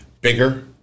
bigger